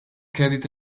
carried